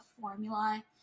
formula